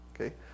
Okay